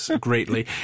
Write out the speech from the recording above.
greatly